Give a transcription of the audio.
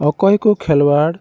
ᱚᱠᱚᱭ ᱠᱚ ᱠᱷᱮᱞᱚᱣᱟᱲ